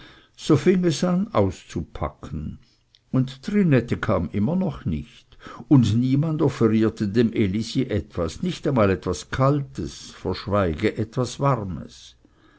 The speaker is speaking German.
so fing es an auszupacken und trinette kam noch immer nicht und niemand offerierte dem elisi etwas nicht einmal etwas kaltes verschweige etwas warmes